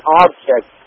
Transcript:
object